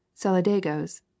saladagos